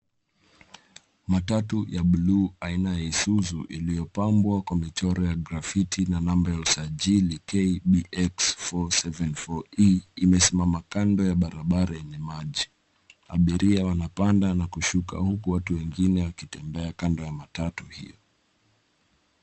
Matatu ya buluu aina ya Isuzu iliyopambwa kwa michoro ya grafiti na namba ya usajili KBX 474E imesimama kando ya barabara yenye maji. Abiria wanapanda na kushuka huku watu wengine wakitembea kando ya matatu hiyo.